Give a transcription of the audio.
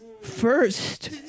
First